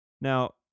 Now